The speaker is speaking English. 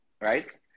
Right